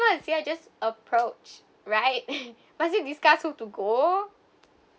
is here just approach right but to discuss who to go